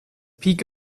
peak